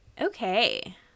Okay